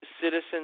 Citizens